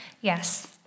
Yes